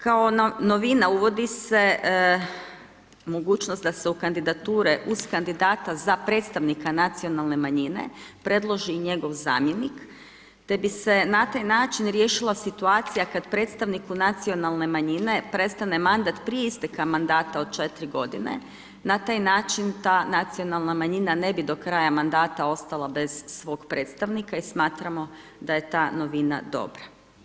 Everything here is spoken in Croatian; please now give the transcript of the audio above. Kao novine uvodi se mogućnost da se u kandidature uz kandidata za predstavnika nacionalne manjine, predloži i njegov zamjenik te bi se na taj način riješila situacija kad predstavniku nacionalne manjine prestane mandat prije isteka mandat od 4 godine, na taj način ta nacionalna manjina ne bi do kraja mandata ostala bez svog predstavnika i smatramo da je ta novina dobra.